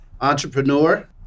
Entrepreneur